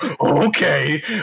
okay